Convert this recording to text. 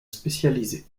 spécialisée